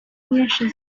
nyinshi